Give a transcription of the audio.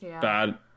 Bad